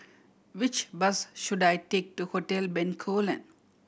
which bus should I take to Hotel Bencoolen